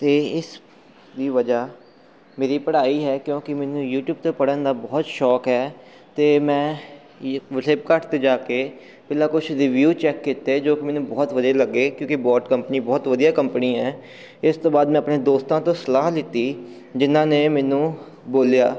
ਅਤੇ ਇਸ ਦੀ ਵਜ੍ਹਾ ਮੇਰੀ ਪੜ੍ਹਾਈ ਹੈ ਕਿਉਂਕਿ ਮੈਨੂੰ ਯੂਟੀਊਬ 'ਤੇ ਪੜ੍ਹਨ ਦਾ ਬਹੁਤ ਸ਼ੌਂਕ ਹੈ ਅਤੇ ਮੈਂ ਫਲਿੱਪਕਾਟ 'ਤੇ ਜਾ ਕੇ ਪਹਿਲਾ ਕੁਛ ਰੀਵਿਊ ਚੈੱਕ ਕੀਤੇ ਜੋ ਕਿ ਮੈਨੂੰ ਬਹੁਤ ਵਧੀਆ ਲੱਗੇ ਕਿਉਂਕਿ ਬੌਟ ਕੰਪਨੀ ਬਹੁਤ ਵਧੀਆ ਕੰਪਨੀ ਹੈ ਇਸ ਤੋਂ ਬਾਅਦ ਮੈਂ ਆਪਣੇ ਦੋਸਤਾਂ ਤੋਂ ਸਲਾਹ ਲਿੱਤੀ ਜਿਹਨਾਂ ਨੇ ਮੈਨੂੰ ਬੋਲਿਆ